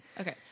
Okay